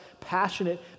passionate